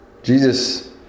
Jesus